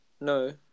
no